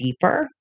deeper